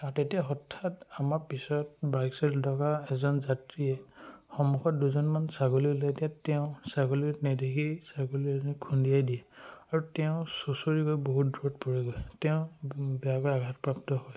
তেতিয়া হঠাৎ আমাৰ পিছত বাইক চলি এজন যাত্ৰীয়ে সমুখত দুজনীমান ছাগলী ওলাই দিয়াত তেওঁ ছাগলী নেদেখি ছাগলী এজনী খুন্দিয়াই দিয়ে আৰু তেওঁ চুঁচৰি গৈ বহুত দূৰত পৰেগৈ তেওঁ বেয়াকৈ আঘাতপ্ৰাপ্ত হয়